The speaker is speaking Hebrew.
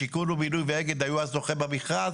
שיכון ובינוי ואגד היו הזוכות במכרז,